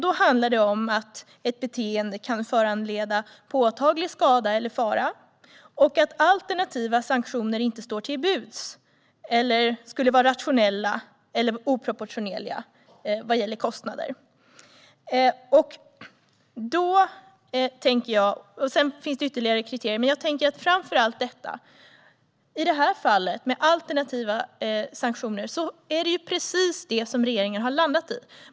Det handlar om ett beteende som kan föranleda påtaglig skada eller fara och att alternativa sanktioner inte står till buds, inte skulle vara rationella eller skulle vara oproportionerliga vad gäller kostnader. Det finns ytterligare kriterier, men jag tänker framför allt på dessa. Alternativa sanktioner är precis det som regeringen har landat i.